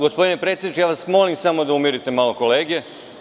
Gospodine predsedniče, ja vas molim samo da umirite malo kolege.